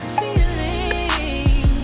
feeling